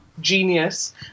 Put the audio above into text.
genius